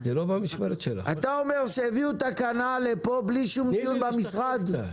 אתה אומר שהביאו לכאן תקנות בלי לערוך שום דיון במשרד?